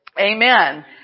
Amen